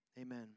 Amen